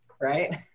right